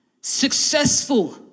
successful